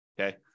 okay